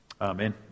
Amen